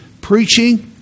preaching